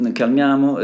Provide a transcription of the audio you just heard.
calmiamo